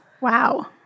Wow